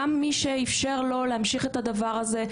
גם מי שאיפשר לו להמשיך את הדבר הזה,